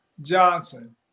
Johnson